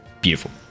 Beautiful